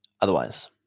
Otherwise